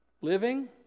living